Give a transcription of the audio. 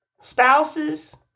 spouses